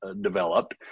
developed